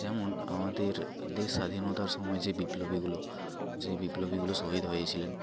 যেমন আমাদের দেশ স্বাধীনতার সময় যে বিপ্লবীগুলো যেই বিপ্লবীগুলো শহীদ হয়েছিলেন